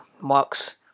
marks